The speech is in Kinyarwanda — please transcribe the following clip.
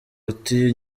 uti